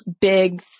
big